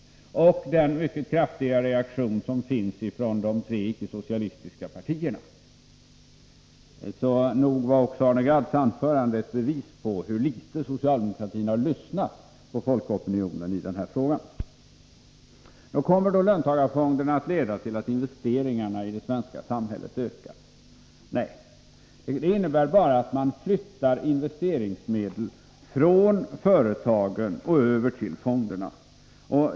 De har inte heller förstått den mycket kraftiga reaktionen från de tre icke socialistiska partierna. Nog var Arne Gadds anförande ett bevis på hur litet socialdemokraterna har lyssnat på folkopinionen i denna fråga. Kommer då löntagarfonderna att leda till att investeringarna i det svenska samhället ökar? Nej, de innebär bara att man flyttar investeringsmedel från företagen till fonderna.